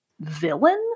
villain